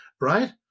Right